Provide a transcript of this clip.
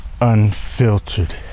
unfiltered